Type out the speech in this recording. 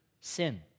sin